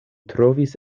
trovis